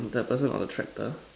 the person on the tractor